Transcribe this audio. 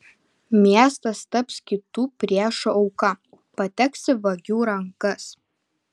miestas taps kitų priešų auka pateks į vagių rankas